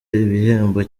ibihembo